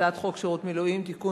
הצעת חוק שירות המילואים (תיקון,